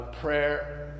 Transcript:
prayer